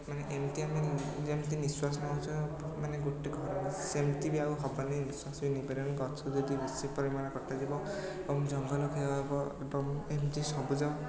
ମାନେ ଏମିତି ଆମେ ଯେମିତି ନିଶ୍ୱାସ ନେଉଛ ମାନେ ଗୋଟେ ଘର ସେମିତି ବି ଆଉ ହେବନି ନିଶ୍ୱାସ ବି ନେଇ ପାରିବାନି ଗଛ ଯଦି ବେଶୀ ପରିମାଣରେ କଟାଯିବ ଏବଂ ଜଙ୍ଗଲ କ୍ଷୟ ହେବ ଏବଂ ଏମିତି ସବୁଜ